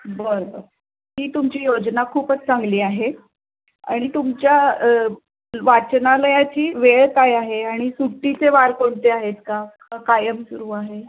बरं बरं ही तुमची योजना खूपच चांगली आहे आणि तुमच्या वाचनालयाची वेळ काय आहे आणि सुट्टीचे वार कोणते आहेत का का कायम सुरू आहे